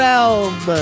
Realm